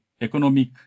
economic